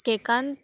Kekan